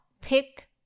pick